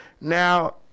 Now